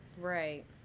right